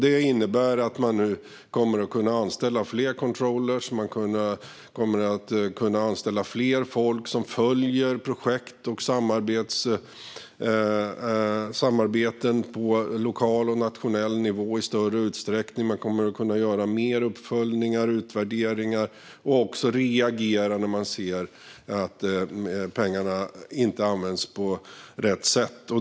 Det innebär att man nu kommer att kunna anställa fler controllrar och fler personer som följer projekt och samarbeten på lokal och nationell nivå i större utsträckning. Man kommer att kunna göra fler uppföljningar och utvärderingar och också reagera när man ser att pengarna inte används på rätt sätt.